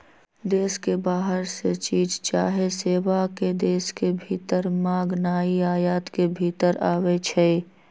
देश के बाहर से चीज चाहे सेवा के देश के भीतर मागनाइ आयात के भितर आबै छइ